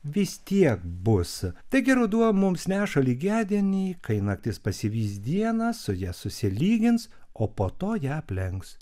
vis tiek bus taigi ruduo mums neša lygiadienį kai naktis pasivys dieną su ja susilygins o po to ją aplenks